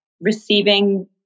receiving